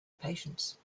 patience